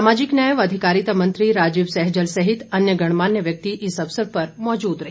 सामाजिक न्याय व अधिकारिता मंत्री राजीव सहजल सहित अन्य गणमान्य व्यक्ति इस अवसर पर मौजूद रहे